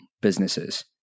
businesses